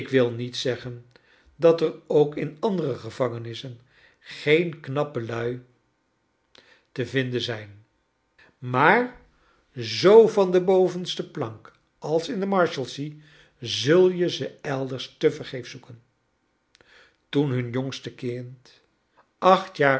ik wil niet zeggen dat er ook in andere gevangenissen geen knappe lui te vinden zijn maar zoo van de bovenste plank als in de marshalsea zul je ze eiders te vergeefs zoeken toen hun jongste kind acht jaar